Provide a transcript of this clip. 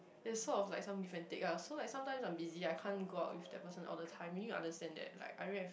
there's sort of like some give and take ah so like sometimes I'm busy I can't go out with that person all the time he needs to understand that like I don't have